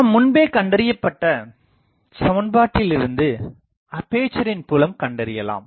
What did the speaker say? நாம் முன்பேகண்டறியப்பட்ட சமன்பாட்டில் இருந்து அப்பேசரின் புலம் கண்டறியலாம்